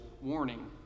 warning